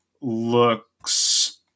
looks